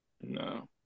No